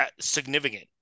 significant